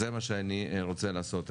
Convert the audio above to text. זה מה שאני רוצה לעשות.